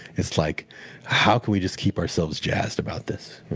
it's like how can we just keep ourselves jazzed about this?